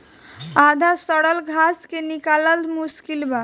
आधा सड़ल घास के निकालल मुश्किल बा